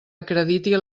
acrediti